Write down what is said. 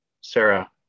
Sarah